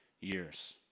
years